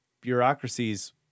bureaucracies